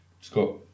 Scott